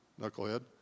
knucklehead